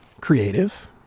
creative